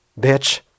bitch